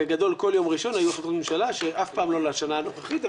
בגדול כל יום ראשון היו החלטות ממשלה שאף פעם לא לשנה הנוכחית,